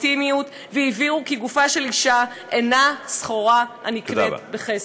והלגיטימיות והבהירו כי גופה של אישה אינו סחורה הנקנית בכסף.